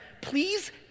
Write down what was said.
Please